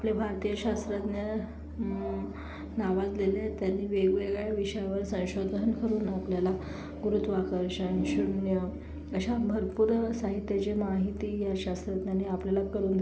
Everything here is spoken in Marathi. आपले भारतीय शास्त्रज्ञ नावाजलेले आहेत त्यांनी वेगवेगळ्या विषयांवर संशोधन करून आपल्याला गुरुत्वाकर्षण शून्य अशा भरपूर साहित्याची माहिती या शास्त्रज्ञांनी आपल्याला करून दिलेली आहे